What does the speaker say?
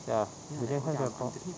ya you can have your pork